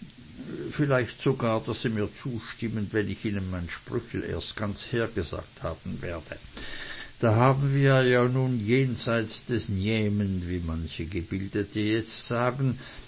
vielleicht sogar daß sie mir zustimmen wenn ich ihnen mein sprüchel erst ganz hergesagt haben werde da haben wir ja nun jenseits des njemen wie manche gebildete jetzt sagen